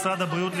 משרד הבריאות,